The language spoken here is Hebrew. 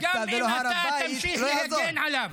-- וגם אם אתה תמשיך להגן עליו.